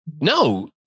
No